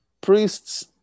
Priests